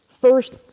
first